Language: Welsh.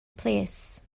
plîs